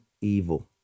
evil